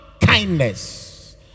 kindness